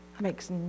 makes